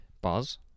Buzz